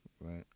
Right